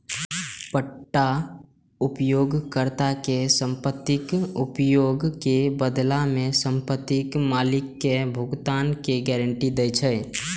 पट्टा उपयोगकर्ता कें संपत्तिक उपयोग के बदला मे संपत्ति मालिक कें भुगतान के गारंटी दै छै